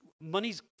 Money's